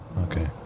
Okay